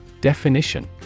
Definition